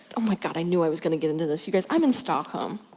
oh my god, i knew i was gonna get into this you guys, i'm in stockholm.